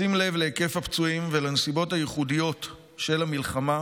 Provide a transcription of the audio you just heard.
בשים לב להיקף הפצועים ולנסיבות הייחודיות של המלחמה